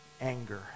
anger